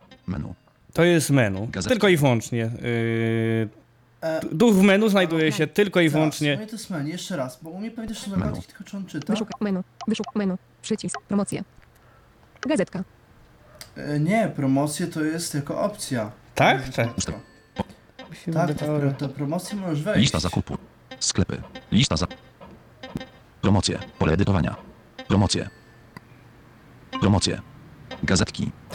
Menu. To jest menu. Gazetki. Tylko i wyłącznie, yy, E, d- duch w menu znajduje a, się no, tylko i teraz, wyłącznie- to jest menu. Jeszcze raz, bo u mnie powinno się Menu. zobaczyć tylko, czy on czyta. Wyszukaj menu. Wyszukaj menu. Przycisk. Promocje. Gazetka. E, nie, promocje to jest tylko opcja. Tak? To jest- Tak. Tak, to- to promocje możesz wejść. Lista zakupu. Sklepy. Lista za- Promocje. Pole edytowania. Promocje. Promocje. Gazetki.